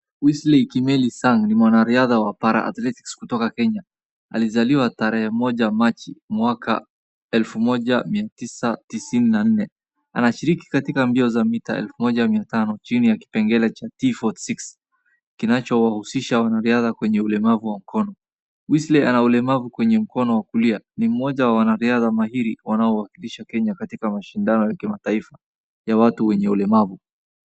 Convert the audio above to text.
Wesley Kimeli Sang ni mwanariadha wa Para-Athletics kutoka Kenya. Alizaliwa tarehe moja Machi mwaka elfu moja mia tisa tisini na nne. Anashiriki katika mbio za mita elfu moja mia tano chini ya kipengele cha T46 , kinachowahusisha wanariadha kwenye ulemavu wa mkono. Wesley ana ulemavu kwenye mkono wa kulia ni mmoja wa wanariadha mahiri wanaowakilisha Kenya katika mashindano ya kimataifa ya watu wenye ulemavu.